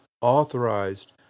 authorized